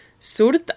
surt